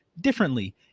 differently